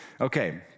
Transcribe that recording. Okay